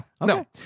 no